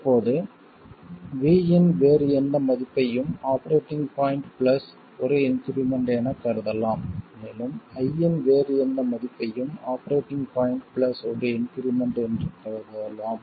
இப்போது V இன் வேறு எந்த மதிப்பையும் ஆபரேட்டிங் பாய்ண்ட் பிளஸ் ஒரு இன்க்ரிமெண்ட் என கருதலாம் மேலும் I இன் வேறு எந்த மதிப்பையும் ஆபரேட்டிங் பாய்ண்ட் பிளஸ் ஒரு இன்க்ரிமெண்ட் என்று கருதலாம்